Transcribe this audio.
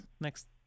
next